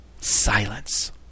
silence